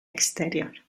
exterior